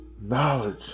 knowledge